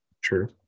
Sure